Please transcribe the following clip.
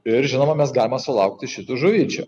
ir žinoma mes galime sulaukti šitų žuvyčių